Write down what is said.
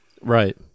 Right